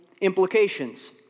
implications